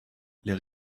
les